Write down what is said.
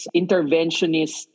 interventionist